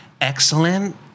excellent